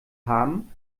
haben